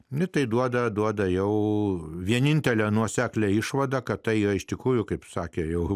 mitai duoda duoda jau vienintelę nuoseklią išvadą kad tai iš tikrųjų kaip sakė jau